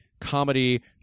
comedy